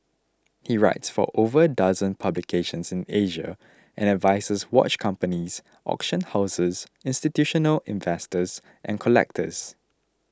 he writes for over a dozen publications in Asia and advises watch companies auction houses institutional investors and collectors